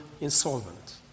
insolvent